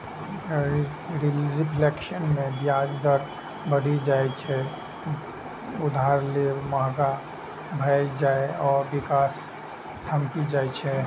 reflation मे ब्याज दर बढ़ि जाइ छै, जइसे उधार लेब महग भए जाइ आ विकास ठमकि जाइ छै